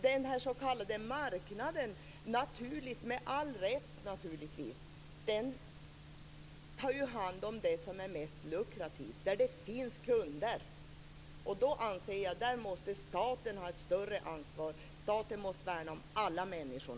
Den s.k. marknaden tar, med all rätt naturligtvis, hand om det som är mest lukrativt där det finns kunder. Därför anser jag att staten måste ha ett större ansvar. Staten måste värna om alla människor.